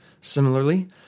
Similarly